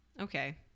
Okay